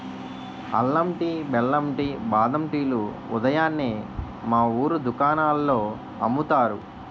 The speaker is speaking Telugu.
అల్లం టీ, బెల్లం టీ, బాదం టీ లు ఉదయాన్నే మా వూరు దుకాణాల్లో అమ్ముతారు